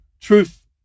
Truth